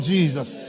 Jesus